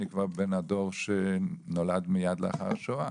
אני כבר בן הדור שנולד מיד לאחר השואה,